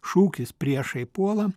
šūkis priešai puola